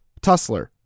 Tussler